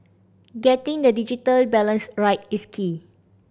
getting the digital balance right is key